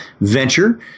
venture